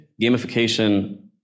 gamification